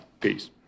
peace